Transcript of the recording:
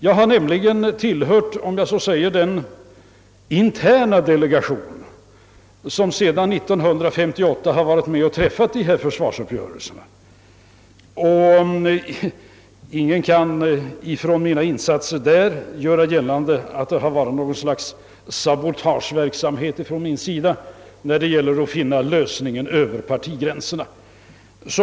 Jag har tillhört den »interna» delegation som sedan 1958 har varit med om att träffa dessa försvarsuppgörelser och ingen kan med anledning av mina insatser där göra gällande att det har bedrivits något slags sabotageverksamhet från min sida när det gällt att finna lösningar över partigränserna.